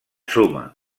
suma